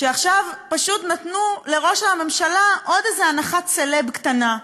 שעכשיו פשוט נתנו לראש הממשלה עוד איזו הנחת סלב קטנה.